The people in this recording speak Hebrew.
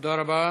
תודה רבה.